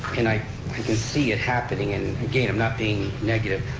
and i i can see it happening, and again, i'm not being negative,